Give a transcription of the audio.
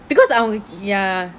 because I'm ya